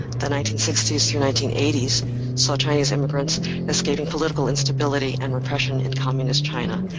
the nineteen sixty s through nineteen eighty s saw chinese immigrants escaping political instability and repression in communist china,